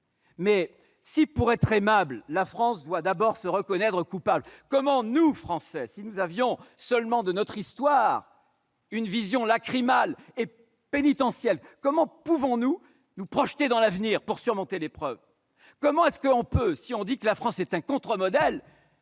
Si, pour être aimable, la France doit d'abord se reconnaître coupable, comment nous, Français, qui n'aurions alors de notre histoire qu'une vision lacrymale et pénitentielle, pourrions-nous nous projeter dans l'avenir pour surmonter l'épreuve ? Si l'on dit que la France est un contre-modèle,